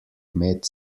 med